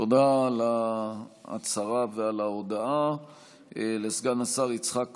תודה על ההצהרה ועל ההודעה לסגן השר יצחק כהן.